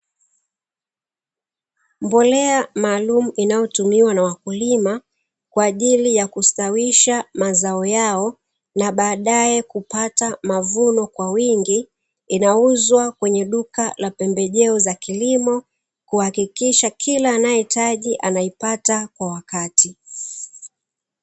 Mbolea maalumu inayotumiwa na wakulima kwaajili ya kustawisha mazao inauzwa kwenye duka la pembejeo za kilimo kuhakikisha kila anayeitaka anaipata kwa wakati